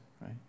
right